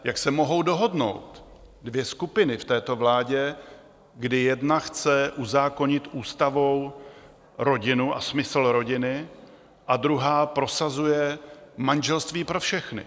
Jak se mohou dohodnout dvě skupiny v této vládě, kdy jedna chce uzákonit ústavou rodinu a smysl rodiny, a druhá prosazuje manželství pro všechny?